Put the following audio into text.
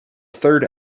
third